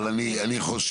אבל אני חושב,